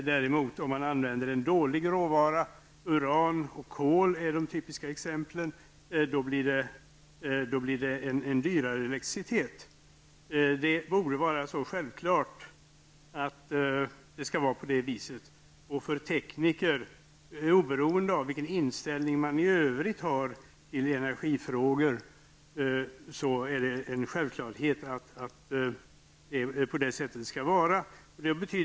Om man däremot använder en dålig råvara, uran och kol är de typiska exemplen, blir elektriciteten dyrare. Det borde vara självklart att det skall vara på det viset. För tekniker, oberoende av vilken inställning de i övrigt har till energifrågor, är det en självklarhet att det skall vara på detta sätt.